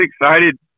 excited